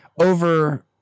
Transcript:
over